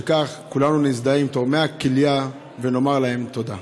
וכך כולנו נזדהה עם תורמי הכליה ונאמר להם תודה.